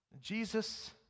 Jesus